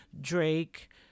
Drake